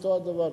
אותו הדבר.